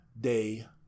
day